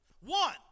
One